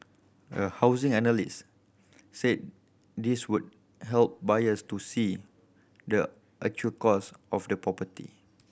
a housing analyst said this will help buyers to see the actual cost of the property